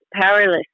powerless